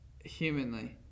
humanly